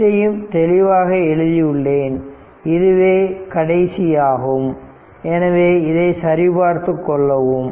அனைத்தையும் தெளிவாக எழுதியுள்ளேன் இதுவே கடைசி ஆகும் எனவே இதனை சரி பார்த்துக் கொள்ளவும்